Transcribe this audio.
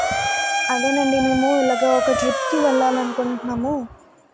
అదేనండి మేము ఇలాగ ఒక ట్రిప్కి వెళ్ళాలనుకుంటున్నాము